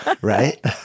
Right